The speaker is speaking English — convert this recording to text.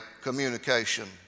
communication